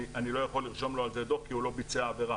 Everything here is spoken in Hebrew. אני לא יכול לרשום לו על זה דו"ח כי הוא לא ביצע עבירה.